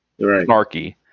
snarky